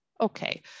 Okay